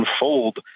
unfold